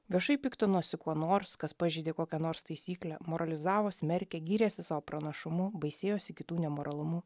viešai piktinosi kuo nors kas pažeidė kokią nors taisyklę moralizavo smerkė gyrėsi savo pranašumu baisėjosi kitų nemoralumu